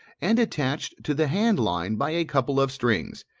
and attached to the hand-line by a couple of strings,